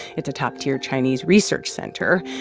it's a top-tier chinese research center.